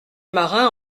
marins